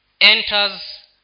enters